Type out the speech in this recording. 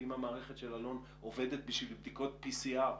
אם המערכת של אלון עובדת בשביל בדיקות PCR,